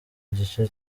gice